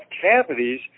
cavities